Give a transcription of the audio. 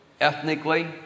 ethnically